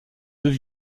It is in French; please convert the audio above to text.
deux